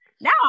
Now